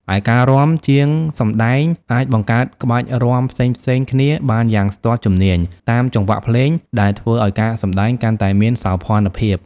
ឯការរាំ ជាងសម្ដែងអាចបង្កើតក្បាច់រាំផ្សេងៗគ្នាបានយ៉ាងស្ទាត់ជំនាញ តាមចង្វាក់ភ្លេង ដែលធ្វើឲ្យការសម្ដែងកាន់តែមានសោភ័ណភាព។